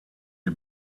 die